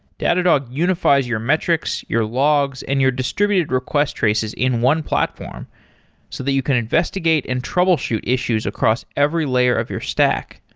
datadog unifi es your metrics, your logs and your distributed request traces in one platform so that you can investigate and troubleshoot issues across every layer of your stack.